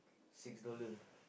six dollar